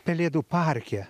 pelėdų parke